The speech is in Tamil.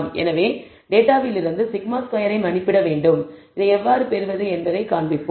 எனவே டேட்டாவிலிருந்து σ2 ஐ மதிப்பிட வேண்டும் இதை எவ்வாறு பெறுவது என்பதைக் காண்பிப்போம்